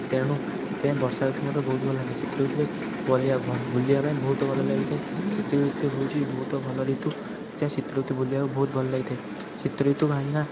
ତେଣୁ ସେଥିପାଇଁ ବର୍ଷା ଋତୁ ମୋତେ ବହୁତ ଭଲ ଶୀତ ଋତୁରେ ବୁଲିବା ବୁଲିବା ପାଇଁ ବହୁତ ଭଲ ଲାଗିଥାଏ ଶୀତ ଋତୁ ହେଉଛି ବହୁତ ଭଲ ଋତୁ ସେଥିପାଇଁ ଶୀତ ଋତୁ ବୁଲିବାକୁ ବହୁତ ଭଲ ଲାଗିଥାଏ ଶୀତ ଋତୁ କାହିଁକିନା